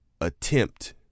attempt